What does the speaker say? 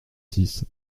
six